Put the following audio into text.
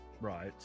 Right